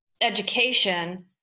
education